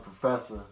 Professor